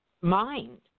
mind